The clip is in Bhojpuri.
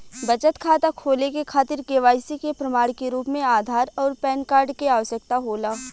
बचत खाता खोले के खातिर केवाइसी के प्रमाण के रूप में आधार आउर पैन कार्ड के आवश्यकता होला